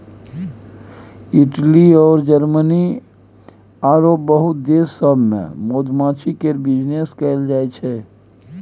Italy अउर Germany आरो बहुते देश सब मे मधुमाछी केर बिजनेस कएल जाइ छै